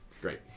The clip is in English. great